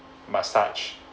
massage